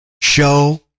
show